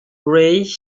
ray